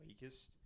weakest